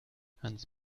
hans